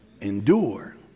endure